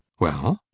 well?